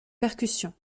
percussion